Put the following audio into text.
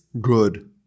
good